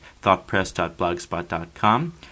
thoughtpress.blogspot.com